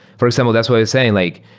for example, that's why i was saying like,